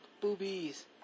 boobies